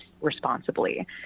responsibly